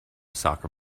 soccer